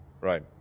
Right